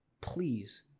please